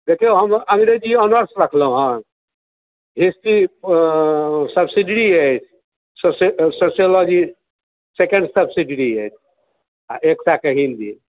देखियौ हम अंग्रेजी ऑनर्स रखलहुँहेँ हिस्ट्री सब्सिडियरी अछि सोशियो सोशियोलॉजी सेकेण्ड सब्सिडियरी अछि आ एकटाके हिन्दी